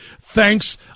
thanks